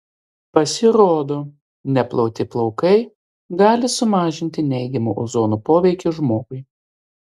pasirodo neplauti plaukai gali sumažinti neigiamą ozono poveikį žmogui